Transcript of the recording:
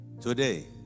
Today